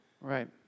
Right